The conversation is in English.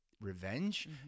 revenge